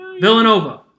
Villanova